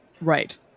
Right